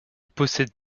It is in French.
possède